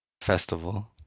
festival